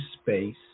space